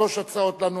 הצעות אי-אמון בממשלה.